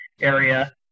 area